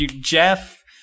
Jeff